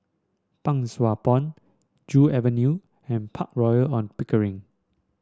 Pang Sua Pond Joo Avenue and Park Royal On Pickering